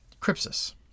Crypsis